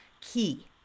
key